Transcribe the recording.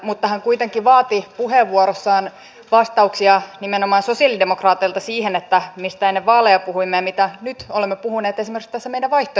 mutta hän kuitenkin vaati puheenvuorossaan vastauksia nimenomaan sosialidemokraateilta liittyen siihen mistä ennen vaaleja puhuimme ja mitä nyt olemme puhuneet esimerkiksi tässä meidän vaihtoehtobudjetissamme